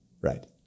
right